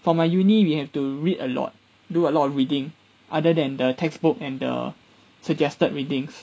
for my uni we have to read a lot do a lot of reading other than the textbook and the suggested readings